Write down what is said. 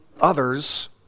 others